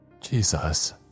Jesus